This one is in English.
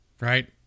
Right